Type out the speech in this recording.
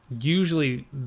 usually